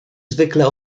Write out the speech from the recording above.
zwykle